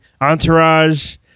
Entourage